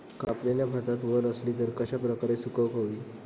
कापलेल्या भातात वल आसली तर ती कश्या प्रकारे सुकौक होई?